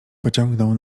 pociągnął